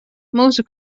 mūsu